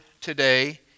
today